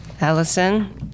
Allison